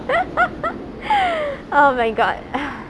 oh my god ah